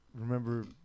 remember